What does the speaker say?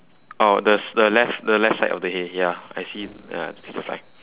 oh the the left the left side of the hay ya I see the fly